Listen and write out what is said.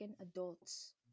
adults